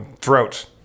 throat